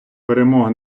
перемога